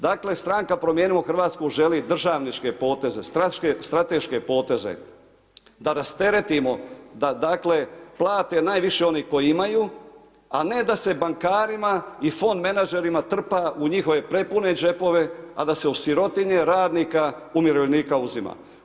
Dakle, Stranka promijenimo Hrvatsku želi državničke poteze, strateške poteze, da rasteretimo, da dakle, plate najviše oni koji imaju, a ne da se bankarima i fond menadžerima trpa u njihove prepune džepove, a da se od sirotinje, radnika, umirovljenika uzima.